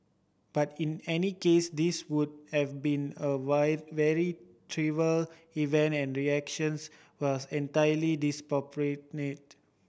but in any case this would have been a vary very trivial event and reactions was entirely disproportionate